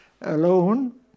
alone